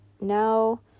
Now